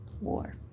War